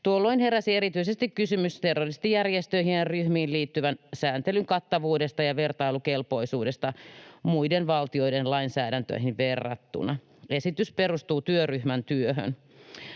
Tuolloin heräsi erityisesti kysymys terroristijärjestöihin ja ‑ryhmiin liittyvän sääntelyn kattavuudesta ja vertailukelpoisuudesta muiden valtioiden lainsäädäntöihin verrattuna. Esitys perustuu työryhmän työhön.